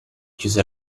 chiuse